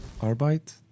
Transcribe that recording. Arbeit